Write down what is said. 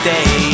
Day